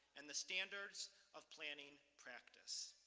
and the standards of planning practice.